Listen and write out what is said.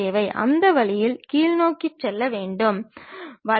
அவ்வாறான ஒரு தளம் மெஜந்தா நிறத்தில் காட்டப்பட்டுள்ளது